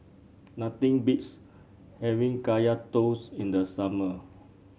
nothing beats having Kaya Toast in the summer